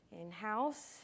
in-house